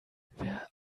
wer